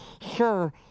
sure